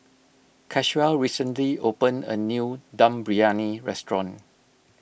Caswell recently opened a new Dum Briyani restaurant